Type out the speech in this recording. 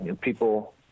people